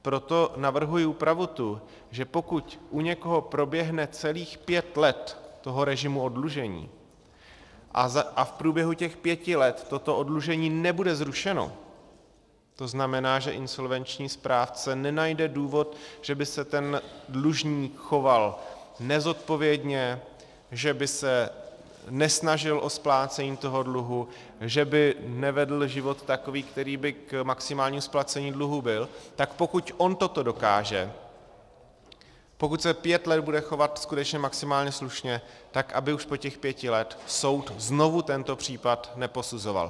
Proto navrhuji úpravu tu, že pokud u někoho proběhne celých pět let režimu oddlužení a v průběhu těch pěti let toto oddlužení nebude zrušeno, to znamená, že insolvenční správce nenajde důvod, že by se dlužník choval nezodpovědně, že by se nesnažil o splácení toho dluhu, že by nevedl život takový, který by k maximálnímu splacení dluhů byl, tak pokud on toto dokáže, pokud se pět let bude chovat skutečně maximálně slušně tak, aby už po těch pěti letech soud znovu tento případ neposuzoval.